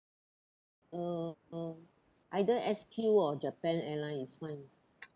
uh either S_Q or japan airlines is fine